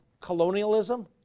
colonialism